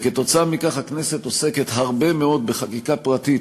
וכתוצאה מכך הכנסת עוסקת הרבה מאוד בחקיקה פרטית,